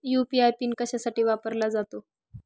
UPI PIN कशासाठी वापरला जातो?